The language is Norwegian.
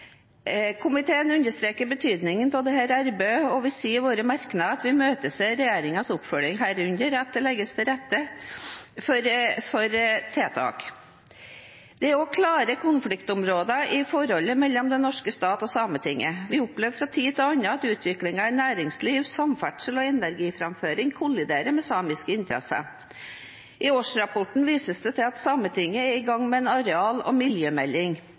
Komiteen understreker betydningen av dette arbeidet, og vi sier i våre merknader at vi imøteser regjeringens oppfølging, herunder at det legges til rette for tiltak. Det er også klare konfliktområder i forholdet mellom den norske stat og Sametinget. Vi opplever fra tid til annen at utvikling av næringsliv, samferdsel og energiframføring kolliderer med samiske interesser. I årsrapporten vises det til at Sametinget er i gang med en areal- og miljømelding.